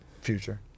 Future